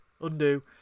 undo